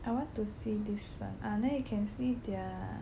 I want to see this one ah there you can see their